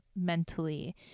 mentally